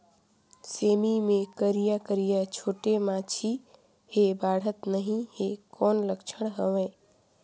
सेमी मे करिया करिया छोटे माछी हे बाढ़त नहीं हे कौन लक्षण हवय?